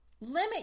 limit